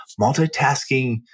Multitasking